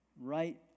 right